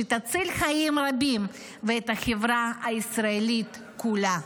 שתציל חיים רבים ואת החברה הישראלית כולה.